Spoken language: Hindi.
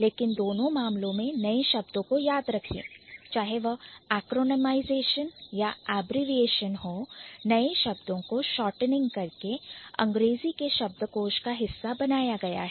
लेकिन दोनों मामलों में नए शब्दों को याद रखें चाहे वह Acronymization या Abbreviation हो नए शब्दों को shortening करके अंग्रेजी के शब्दकोष का हिस्सा बनाया गया है